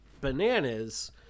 bananas